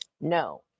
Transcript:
no